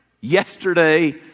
yesterday